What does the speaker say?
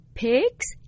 pigs